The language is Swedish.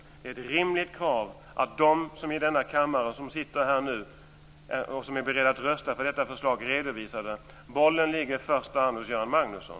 Är det inte ett rimligt krav att de i denna kammare som är beredda att rösta för detta förslag lämnar en sådan redovisning? Bollen ligger i första hand hos Göran Magnusson.